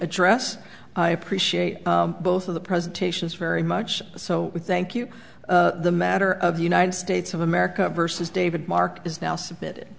address i appreciate both of the presentations very much so thank you the matter of the united states of america versus david mark is now submitted